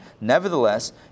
Nevertheless